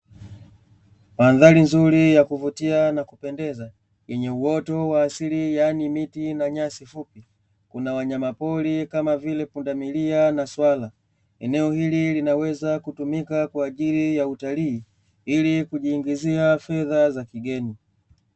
Mandhari nzuri ya kuvutia na kupendeza yenye uoto wa asili yaani miti na nyasi fupi. Kuna wanyamapori kama vile pundamilia na swala eneo hili linaweza kutumika kwa ajili ya utalii ili kijiingizia fedha za kigeni.